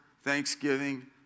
thanksgiving